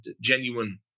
genuine